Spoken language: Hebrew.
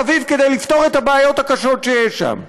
אביב כדי לפתור את הבעיות הקשות שיש שם.